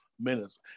Minutes